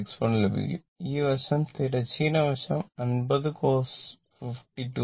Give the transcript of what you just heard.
61 ലഭിക്കും ഈ വശം തിരശ്ചീന വശം 50 cos 52